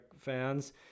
fans